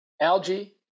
algae